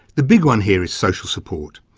the big one here is social support,